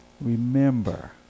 Remember